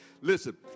Listen